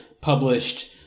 published